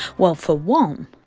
well, for one, um